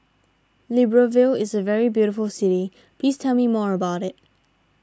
Libreville is a very beautiful city please tell me more about it